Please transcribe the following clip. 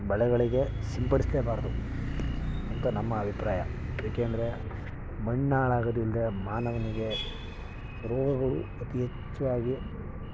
ಬೆಳೆಗಳಿಗೆ ಸಿಂಪಡಿಸಲೇಬಾರದು ಅಂತ ನಮ್ಮ ಅಭಿಪ್ರಾಯ ಏಕೆ ಅಂದರೆ ಮಣ್ಣು ಹಾಳಾಗೋದರಿಂದ ಮಾನವನಿಗೆ ರೋಗಗಳು ಅತಿ ಹೆಚ್ಚಾಗಿ